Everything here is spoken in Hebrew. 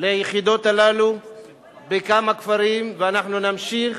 ליחידות הללו בכמה כפרים, ואנחנו נמשיך